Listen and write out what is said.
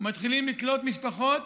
מתחילים לקלוט משפחות.